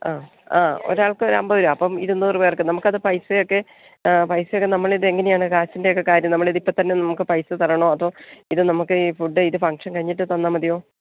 ആ ആ ഒരാൾക്ക് ഒരു അൻപത് രൂപ അപ്പം ഇരുന്നൂറ്പേർക്ക് നമുക്കത് പൈസയൊക്കെ പൈസയൊക്ക നമ്മളിത് എങ്ങനെയാണ് കാശിന്റെയൊക്കെ കാര്യം നമ്മളിത് ഇപ്പം തന്നെ നമുക്ക് പൈസ തരണോ അതോ ഇത് നമുക്ക് ഫുഡ് ഇത് ഫങ്ങ്ഷൻ കഴിഞ്ഞിട്ട് തന്നാൽ മതിയോ